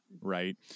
right